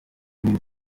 ibi